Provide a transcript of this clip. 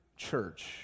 Church